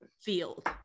field